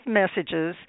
messages